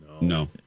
no